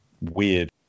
weird